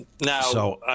Now